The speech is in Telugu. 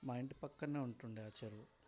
మా ఇంటి పక్కన్నే ఉంటుండే ఆ చెరువు